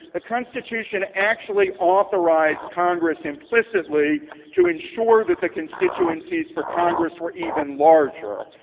the constitution actually authorized congress implicitly to ensure that the constituencies for congress were even larger.